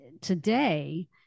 today